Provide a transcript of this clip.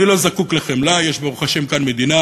אני לא זקוק לחמלה, יש ברוך השם כאן מדינה.